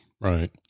Right